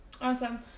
Awesome